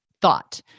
thought